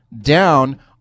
down